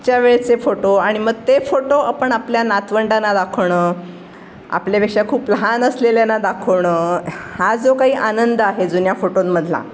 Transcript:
च्या वेळचे फोटो आणि मग ते फोटो आपण आपल्या नातवंडांना दाखवणं आपल्यापेक्षा खूप लहान असलेल्यांना दाखवणं हा जो काही आनंद आहे जुन्या फोटोंमधला